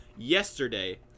Yesterday